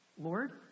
Lord